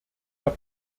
herr